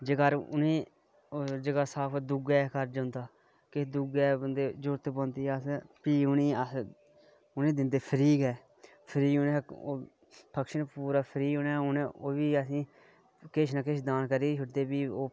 जेकर समान दुऐ घर जंदा जे दूए बंदे गी जरूरत पौंदी फ्ही अस उनै गी दिंदे फ्री गै ओह् बी असैं गी किश ना किश दान देई गै देऊड़दे